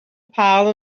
pile